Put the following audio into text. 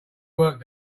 work